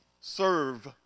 serve